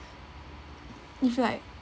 if like